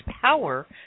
power